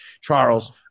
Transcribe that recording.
Charles